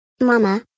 Mama